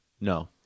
No